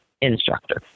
instructor